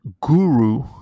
guru